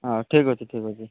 ହଉ ଠିକ୍ ଅଛି ଠିକ୍ ଅଛି